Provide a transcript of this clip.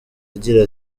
agira